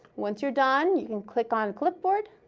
once you're done, you can click on clipboard.